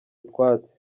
utwatsi